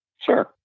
sure